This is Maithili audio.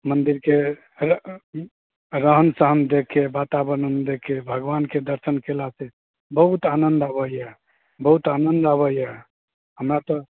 मन्दिरके रहन सहन देखिके बाताबरण देखिऔ भगवानके दर्शन कयलासँ बहुत आनन्द अबैए बहुत आनन्द अबैय हमरा तऽ